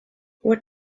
what